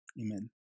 amen